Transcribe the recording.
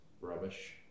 rubbish